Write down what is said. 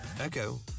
Echo